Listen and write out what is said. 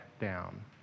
down